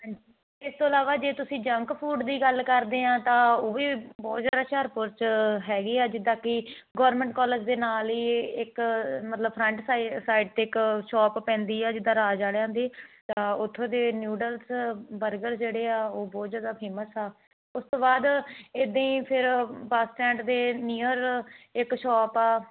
ਹਾਂਜੀ ਇਸ ਤੋਂ ਇਲਾਵਾ ਜੇ ਤੁਸੀਂ ਜੰਕ ਫੂਡ ਦੀ ਗੱਲ ਕਰਦੇ ਆਂ ਤਾਂ ਉਹ ਵੀ ਬਹੁਤ ਜ਼ਿਆਦਾ ਹੁਸ਼ਿਆਰਪੁਰ 'ਚ ਹੈਗੇ ਆ ਜਿੱਦਾਂ ਕਿ ਗੌਰਮੈਂਟ ਕੋਲਜ ਦੇ ਨਾਲ ਹੀ ਇੱਕ ਮਤਲਬ ਫਰੰਟ ਸਾਈ ਸਾਈਡ 'ਤੇ ਇੱਕ ਸ਼ੋਪ ਪੈਂਦੀ ਆ ਜਿੱਦਾਂ ਰਾਜ ਵਾਲਿਆਂ ਦੀ ਤਾਂ ਉੱਥੋਂ ਦੇ ਨਿਊਡਲਸ ਬਰਗਰ ਜਿਹੜੇ ਆ ਉਹ ਬਹੁਤ ਜ਼ਿਆਦਾ ਫੇਮਸ ਆ ਉਸ ਤੋਂ ਬਾਅਦ ਇੱਦਾਂ ਹੀ ਫਿਰ ਬੱਸ ਸਟੈਂਡ ਦੇ ਨੀਅਰ ਇੱਕ ਸ਼ੋਪ ਆ